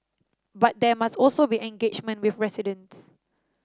but there must also be engagement with residents